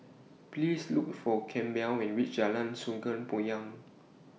Please Look For Campbell when YOU REACH Jalan Sungei Poyan